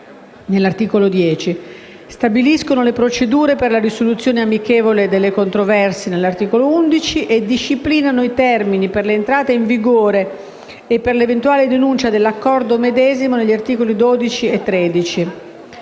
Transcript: (articolo 10); stabiliscono le procedure per la risoluzione amichevole delle controversie (articolo 11) e disciplinano i termini per l'entrata in vigore e per l'eventuale denuncia dell'Accordo medesimo (articoli 12 e 13).